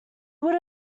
would